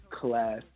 class